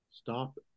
stop